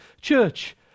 church